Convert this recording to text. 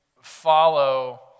follow